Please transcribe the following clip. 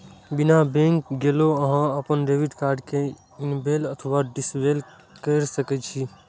बिना बैंक गेलो अहां अपन डेबिट कार्ड कें इनेबल अथवा डिसेबल कैर सकै छी